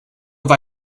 have